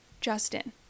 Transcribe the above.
Justin